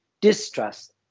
distrust